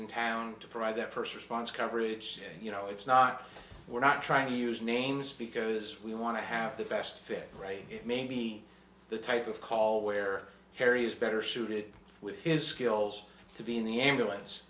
in town to provide that person's funds coverage you know it's not we're not trying to use names because we want to have the best fish right it may be the type of call where harry is better suited with his skills to be in the ambulance